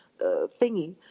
thingy